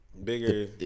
bigger